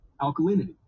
alkalinity